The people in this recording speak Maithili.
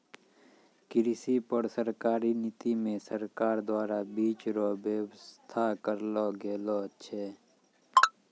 कृषि पर सरकारी नीति मे सरकार द्वारा बीज रो वेवस्था करलो गेलो छै